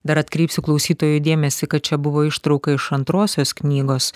dar atkreipsiu klausytojų dėmesį kad čia buvo ištrauka iš antrosios knygos